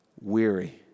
weary